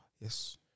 Yes